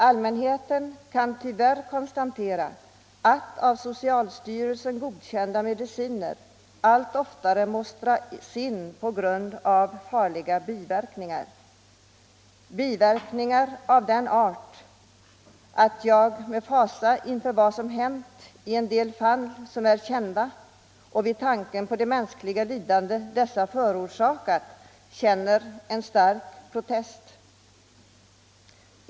Allmänheten kan tyvärr konstatera att av socialstyrelsen godkända mediciner ofta måst dras in på grund av farliga biverkningar. Dessa biverkningar har varit av sådan art att jag känner fasa inför tanken på det mänskliga lidande som dessa en gång godkända mediciner vållat.